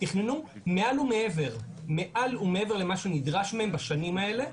תכננו מעל ומעבר למה שנדרש מהם בשנים האלה,